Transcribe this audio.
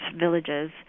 villages